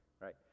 right